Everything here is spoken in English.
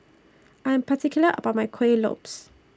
I Am particular about My Kuih Lopes